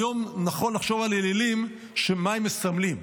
היום נכון לחשוב על אלילים, על מה שהם מסמלים.